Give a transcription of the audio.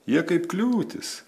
jie kaip kliūtis